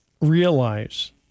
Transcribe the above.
realize